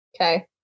Okay